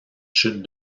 chutes